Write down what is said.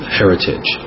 heritage